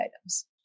items